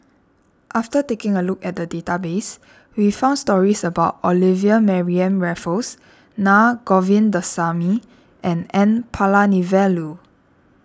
after taking a look at the database we found stories about Olivia Mariamne Raffles Naa Govindasamy and N Palanivelu